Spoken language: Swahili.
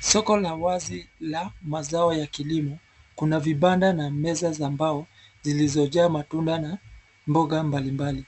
Soko la wazi la mazao ya kilimo. Kuna vibanda na meza za mbao zilizo jaa matunda na mboga mbalimbali.